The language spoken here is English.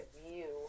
view